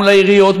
מול העיריות,